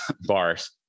bars